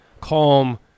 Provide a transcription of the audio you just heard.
calm